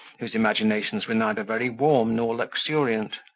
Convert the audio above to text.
whose imaginations were neither very warm nor luxuriant.